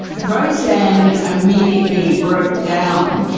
roseanne immediately broke down,